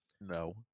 No